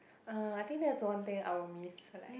uh I think that's one thing I will miss like